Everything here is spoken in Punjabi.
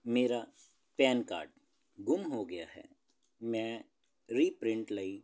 ਮੇਰਾ ਪੈਨ ਕਾਰਡ ਗੁੰਮ ਹੋ ਗਿਆ ਹੈ ਮੈਂ ਰੀਪ੍ਰਿੰਟ ਲਈ